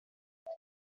elle